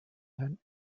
then